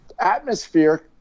atmosphere